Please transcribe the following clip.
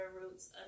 roots